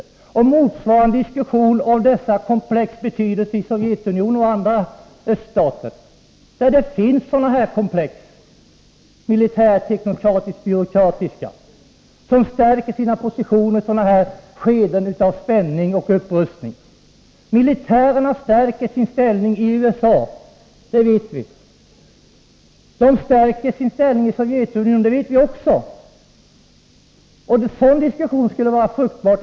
Vi skulle få motsvarande diskussion om dessa sakers betydelse i Sovjetunionen och andra öststater, där det finns sådana här militärteknokratiskt-byråkratiska komplex som gör att man stärker sina positioner i skeden av spänning och upprustning. Militärerna stärker sin ställning i USA — det vet vi. De stärker sin ställning i Sovjetunionen — det vet vi också. Att föra en diskussion om det skulle vara fruktbart.